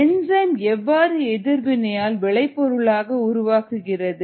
enzyme எவ்வாறு எதிர்வினையால் விளை பொருளை உருவாக்குகிறது